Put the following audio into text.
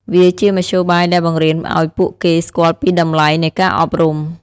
វាជាមធ្យោបាយដែលបង្រៀនឱ្យពួកគេស្គាល់ពីតម្លៃនៃការអប់រំ។